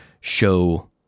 show